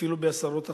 אפילו בעשרות אחוזים.